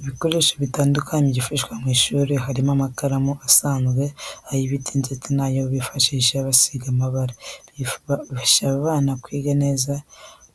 Ibikoresho bitandukanye byifashishwa mu ishuri harimo amakaramu asanzwe, ay'ibiti ndetse n'ayo bifashisha basiga amabara. Bifasha abana kwiga neza